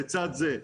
לצד זה,